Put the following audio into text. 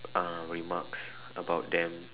uh remarks about them